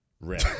rip